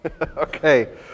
Okay